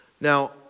Now